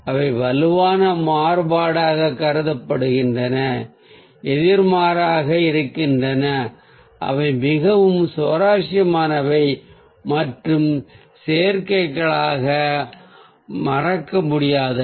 அவை வலுவான மாறுபாடாகக் கருதப்படுகின்றன எதிர்மாறாக இருக்கின்றன அவை மிகவும் சுவாரஸ்யமானவை மற்றும் சேர்க்ககளில் மறக்கமுடியாதவை